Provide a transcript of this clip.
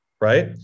Right